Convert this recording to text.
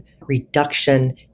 reduction